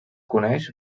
coneix